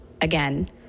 again